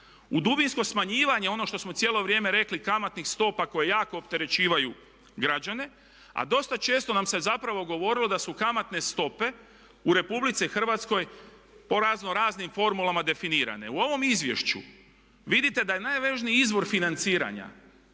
u dubinsko smanjivanje ono što smo cijelo vrijeme rekli kamatnih stopa koje jako opterećuju građane, a dosta često nam se zapravo govorilo da su kamatne stope u RH po raznoraznim formulama definirane. U ovom izvješću vidite da je najvažniji izvor financiranja